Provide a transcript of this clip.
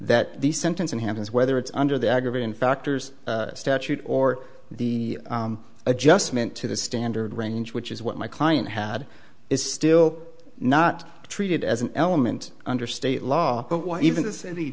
that the sentencing happens whether it's under the aggravating factors statute or the adjustment to the standard range which is what my client had is still not treated as an element under state law but why even